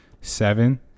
seven